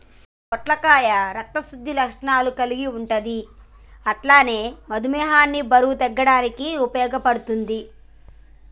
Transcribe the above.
పొట్లకాయ రక్త శుద్ధి లక్షణాలు కల్గి ఉంటది అట్లనే మధుమేహాన్ని బరువు తగ్గనీకి ఉపయోగపడుద్ధి